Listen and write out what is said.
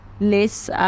Less